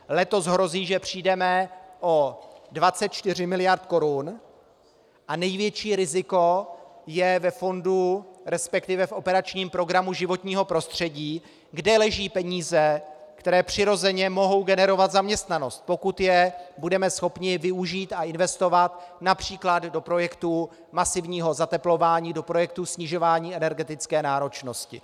Letos hrozí, že přijdeme o 24 miliard korun, a největší riziko je v operačním programu Životní prostředí, kde leží peníze, které přirozeně mohou generovat zaměstnanost, pokud je budeme schopni využít a investovat například do projektů masivního zateplování, do projektů snižování energetické náročnosti.